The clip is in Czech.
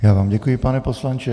Já vám děkuji, pane poslanče.